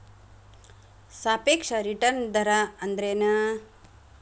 ಸಾಪೇಕ್ಷ ರಿಟರ್ನ್ ದರ ಅಂದ್ರೆನ್